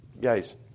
Guys